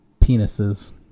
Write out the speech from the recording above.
penises